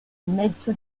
mezzo